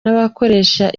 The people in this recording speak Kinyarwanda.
n’abakoresha